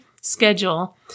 schedule